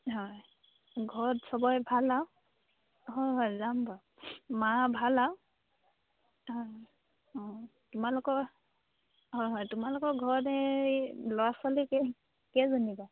হয় ঘৰত সবৰে ভাল আৰু হয় হয় যাম বাৰু মা ভাল আৰু হয় অঁ তোমালোকৰ হয় হয় তোমালোকৰ ঘৰত এই ল'ৰা ছোৱালী কেইজন কেইজনী বাৰু